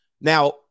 Now